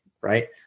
right